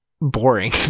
boring